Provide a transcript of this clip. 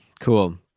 cool